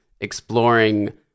exploring